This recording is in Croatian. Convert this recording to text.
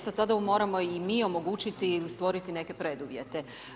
Tada mu moramo i mi omogućiti ili stvoriti neke preduvjete.